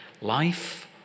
Life